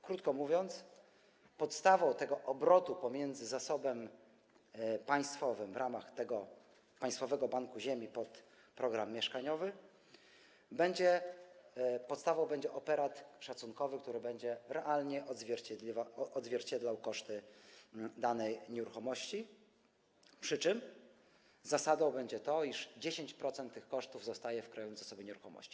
Krótko mówiąc, podstawą tego obrotu pomiędzy zasobem państwowym w ramach tego państwowego banku ziemi pod program mieszkaniowy będzie operat szacunkowy, który będzie realnie odzwierciedlał koszty danej nieruchomości, przy czym zasadą będzie to, iż 10% tych kosztów zostaje w Krajowym Zasobie Nieruchomości.